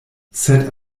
sed